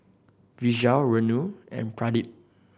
Vishal Renu and Pradip